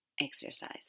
exercise